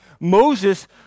Moses